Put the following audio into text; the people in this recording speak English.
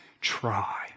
Try